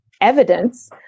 evidence